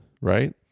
right